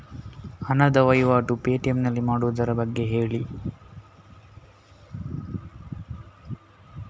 ಹಣದ ವಹಿವಾಟು ಪೇ.ಟಿ.ಎಂ ನಲ್ಲಿ ಮಾಡುವುದರ ಬಗ್ಗೆ ಹೇಳಿ